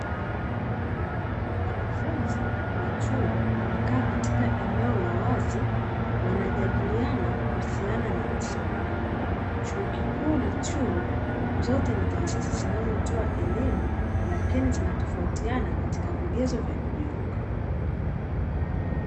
Wanafunzi wa chuo wamekaa katika eneo la wazi, wanajadiliana kuhusiana na masomo. Chuo kikuu na chuo, zote ni taasisi zinazotoa elimu lakini zinatofautiana katika vigezo vya kujiunga.